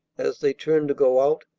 as they turned to go out.